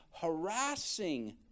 harassing